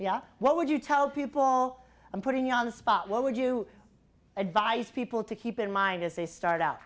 what would you tell people i'm putting you on the spot what would you advise people to keep in mind as they start out